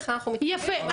ולכן אנחנו מתקדמים --- יפה,